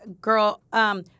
girl